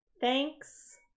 Thanks